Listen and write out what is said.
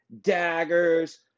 daggers